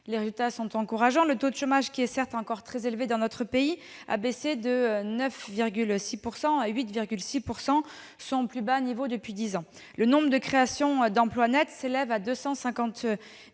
Les résultats sont encourageants. Le taux de chômage, certes encore très élevé dans notre pays, a baissé de 9,6 % à 8,6 %, soit son plus bas niveau depuis dix ans. Le nombre de créations d'emplois nettes s'élève à 258